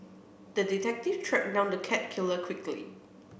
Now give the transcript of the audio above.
the detective tracked down the cat killer quickly